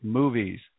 movies